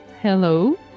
Hello